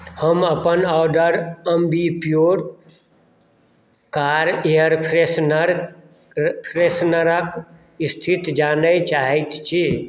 हम अपन order Ambi Pur car air फ्रेशनरके स्थिति जानय चाहैत छी